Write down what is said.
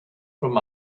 from